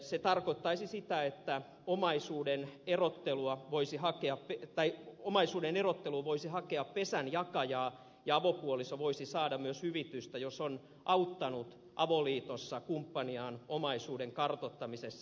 se tarkoittaisi sitä että omaisuuden erottelua voisi hakea tai omaisuuden erottelu voisi hakea pesänjakajaa ja avopuoliso voisi saada myös hyvitystä jos on auttanut avoliitossa kumppaniaan omaisuuden kartuttamisessa